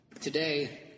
Today